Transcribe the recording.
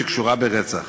שקשורה לרצח,